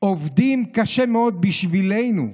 עובדים קשה מאוד בשבילנו,